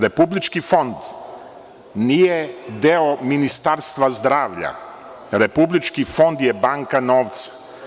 Republički fond nije deo Ministarstva zdravlja, Republički fond je banka novca.